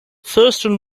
thurston